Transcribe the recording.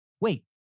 Wait